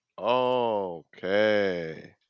Okay